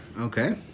Okay